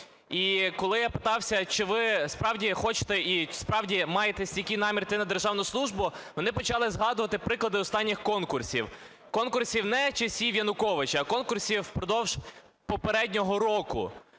І коли я питався, чи ви справді хочете і чи справді маєте стійкий намір йти на державну службу, вони почали згадувати приклади останніх конкурсів, конкурсів не часів Януковича, а конкурсів впродовж попереднього року.